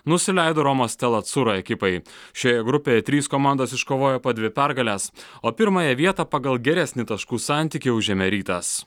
nusileido romos stela atsura ekipai šioje grupėje trys komandos iškovojo po dvi pergales o pirmąją vietą pagal geresnį taškų santykį užėmė rytas